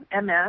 MS